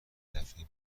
دفعه